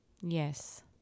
Yes